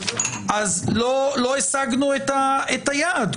אז לא השגנו את היעד.